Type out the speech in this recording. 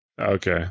Okay